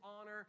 honor